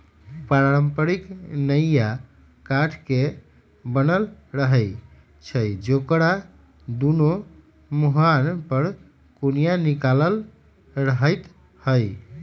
पारंपरिक नइया काठ के बनल रहै छइ जेकरा दुनो मूहान पर कोनिया निकालल रहैत हइ